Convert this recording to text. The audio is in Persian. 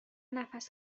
نفس